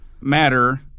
matter